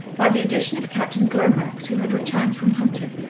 by the addition of captain glomax, who had returned from hunting.